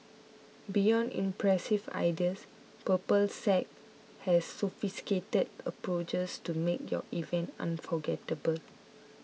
beyond impressive ideas Purple Sage has sophisticated approaches to make your events unforgettable